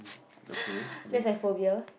that's my phobia